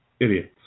idiots